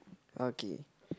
okay